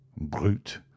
Brute